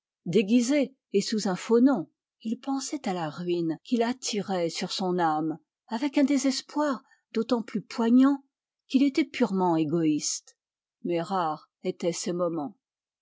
déguisé et sous un faux nom il pensait à la ruine qu'il attirait sur son âme avec un désespoir d'autant plus poignant qu'il était purement égoïste mais rares étaient ces moments